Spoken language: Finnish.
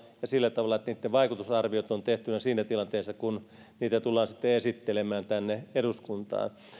ja sillä tavalla että niitten vaikutusarviot ovat tehtyinä siinä tilanteessa kun niitä tullaan sitten esittelemään tänne eduskuntaan